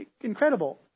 incredible